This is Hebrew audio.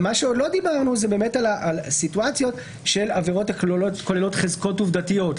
לא דיברנו על סיטואציות של עבירות הכוללות חזקות עובדתיות.